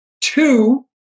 Two